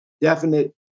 definite